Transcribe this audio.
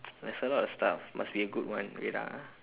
there's a lot of stuff must be a good one wait ah